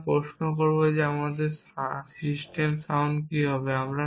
আমরা প্রশ্ন করব কবে আমার সিস্টেম সাউন্ড হবে